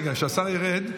רגע, שהשר ירד.